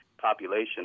population